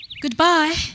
Goodbye